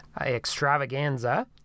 extravaganza